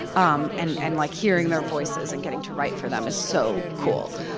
um and and like hearing their voices and getting to write for them is so cool.